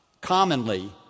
Commonly